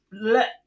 Let